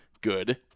good